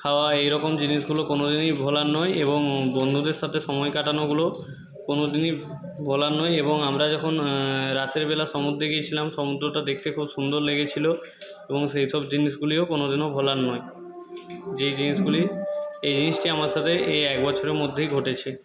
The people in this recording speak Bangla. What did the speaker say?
খাওয়া এইরকম জিনিসগুলো কোনো দিনই ভোলার নয় এবং বন্ধুদের সাথে সময় কাটানোগুলো কোনোদিনই ভোলার নয় এবং আমরা যখন রাতের বেলা সমুদ্রে গিয়েছিলাম সমুদ্রটা দেখতে খুব সুন্দর লেগেছিলো এবং সেই সব জিনিসগুলিও কোন দিনও ভোলার নয় যেই জিনিসগুলি এই জিনিসটি আমার সাথে এই এক বছরের মধ্যেই ঘটেছে